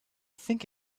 think